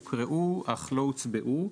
הוקראו אך לא הוצבעו.